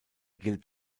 gilt